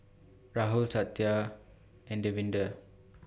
Rahul Satya and Davinder